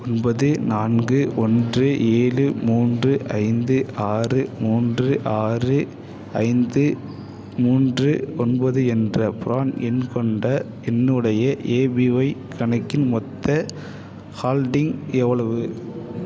ஒன்பது நான்கு ஒன்று ஏழு மூன்று ஐந்து ஆறு மூன்று ஆறு ஐந்து மூன்று ஒன்பது என்ற ப்ரான் எண் கொண்ட என்னுடைய ஏபிஒய் கணக்கின் மொத்த ஹால்டிங் எவ்வளவு